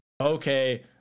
okay